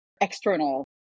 external